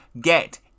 Get